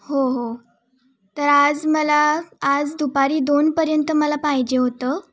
हो हो तर आज मला आज दुपारी दोनपर्यंत मला पाहिजे होतं